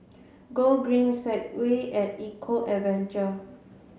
Gogreen Segway at Eco Adventure